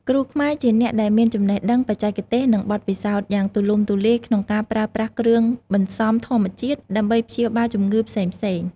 គ្រូខ្មែរជាអ្នកដែលមាន ចំណេះដឹង បច្ចេកទេស និងបទពិសោធន៍ យ៉ាងទូលំទូលាយក្នុងការប្រើប្រាស់ គ្រឿងបន្សំធម្មជាតិ ដើម្បីព្យាបាលជំងឺផ្សេងៗ។